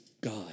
God